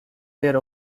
their